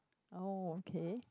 oh okay